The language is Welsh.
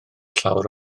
llawr